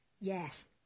Yes